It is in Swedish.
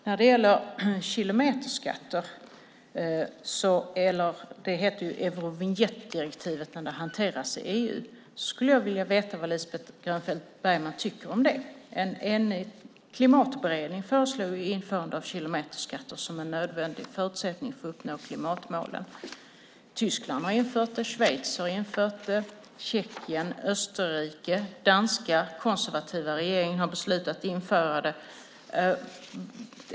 Jag skulle vilja veta vad Lisbeth Grönfeldt Bergman tycker om kilometerskatter - det heter Eurovinjettdirektivet när det hanteras i EU. En enig klimatberedning föreslog införande av kilometerskatter som en nödvändig förutsättning för att uppnå klimatmålen. Tyskland har infört det. Schweiz har infört det. Tjeckien, Österrike och den danska konservativa regeringen har beslutat införa det.